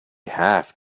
have